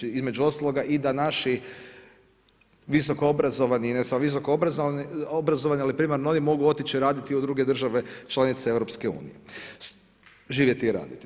Između ostaloga i da naši visoko obrazovani i ne samo visoko obrazovani ali primarno oni mogu otići raditi u druge države članice EU-a, živjeti i raditi.